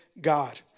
God